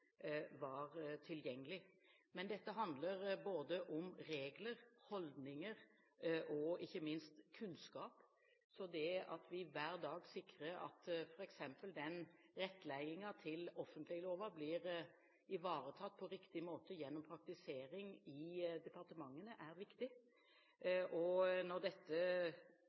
var tilgjengelig. Men dette handler både om regler, holdninger og ikke minst kunnskap. Så det at vi hver dag sikrer at f.eks. Rettleiar til offentleglova blir ivaretatt på riktig måte gjennom praktisering i departementene, er viktig. Når dette